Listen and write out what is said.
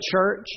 church